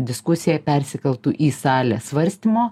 diskusija persikeltų į salę svarstymo